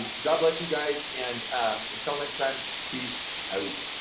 god bless you, guys, and until next time, peace out!